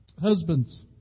Husbands